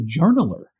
journaler